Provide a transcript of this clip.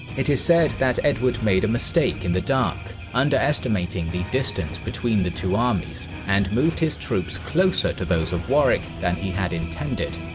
it is said that edward made a mistake in the dark, underestimating the distance between the two armies, and moved his troops closer to those of warwick than he had intended.